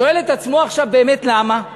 ושואל את עצמו עכשיו באמת: למה?